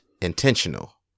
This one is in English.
intentional